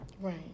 Right